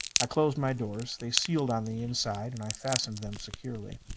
i closed my doors. they sealed on the inside, and i fastened them securely.